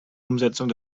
umsetzung